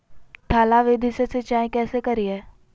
थाला विधि से सिंचाई कैसे करीये?